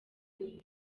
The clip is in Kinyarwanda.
uba